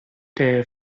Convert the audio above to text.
their